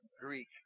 Greek